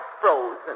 frozen